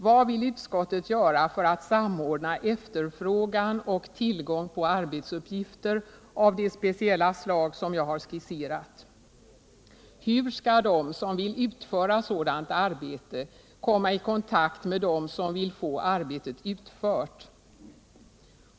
Vad vill utskottet göra för att samordna efterfrågan och tillgången på arbetsuppgifter av det speciella slag som jag har skisserat? Hur skall de som vill utföra sådant arbete komma i kontakt med dem som vill få arbetet utfört?